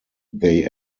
they